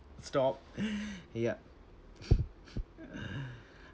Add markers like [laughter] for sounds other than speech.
stop [noise] yup [breath]